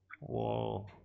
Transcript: Whoa